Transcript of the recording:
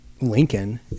Lincoln